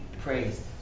praised